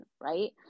right